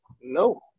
No